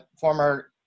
former